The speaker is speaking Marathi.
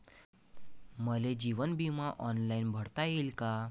मले जीवन बिमा ऑनलाईन भरता येईन का?